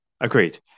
Agreed